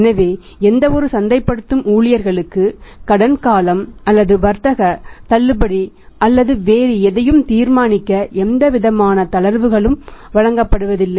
எனவே எந்தவொரு சந்தைப்படுத்தும் ஊழியர்களுக்கு கடன் காலம் அல்லது வர்த்தக தள்ளுபடி அல்லது வேறு எதையும் தீர்மானிக்க எந்தவிதமான தளர்வுகளும் வழங்கப்படுவதில்லை